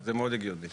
זה מאוד הגיוני.